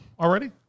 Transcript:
already